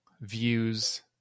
views